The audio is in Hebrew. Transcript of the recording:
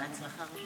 בבקשה.